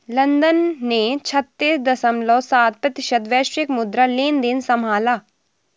London ने छत्तीस दश्मलव सात प्रतिशत वैश्विक मुद्रा लेनदेन संभाला